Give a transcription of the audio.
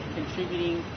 contributing